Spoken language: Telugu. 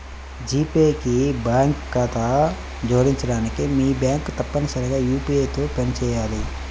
జీ పే కి బ్యాంక్ ఖాతాను జోడించడానికి, మీ బ్యాంక్ తప్పనిసరిగా యూ.పీ.ఐ తో పనిచేయాలి